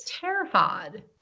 terrified